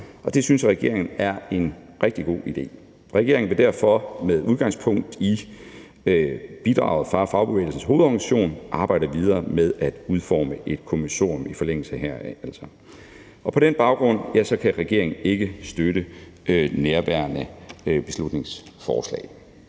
og det synes regeringen er en rigtig god idé. Regeringen vil derfor med udgangspunkt i bidraget fra Fagbevægelsens Hovedorganisation arbejde videre med at udforme et kommissorium i forlængelse heraf. På den baggrund kan regeringen ikke støtte nærværende beslutningsforslag.